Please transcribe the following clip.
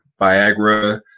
Viagra